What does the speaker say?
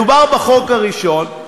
מדובר בחוק הראשון,